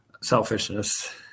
selfishness